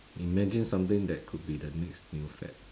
imagine something that could be the next new fad